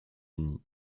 unis